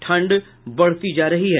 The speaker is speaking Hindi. ठंड बढ़ती जा रही है